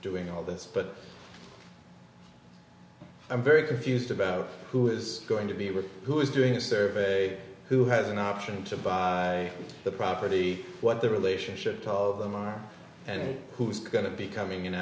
doing all this but i'm very confused about who is going to be rich who is doing a survey who has an option to buy the property what their relationship to all of them are and who is going to be coming